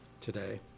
today